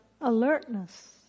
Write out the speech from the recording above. alertness